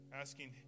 Asking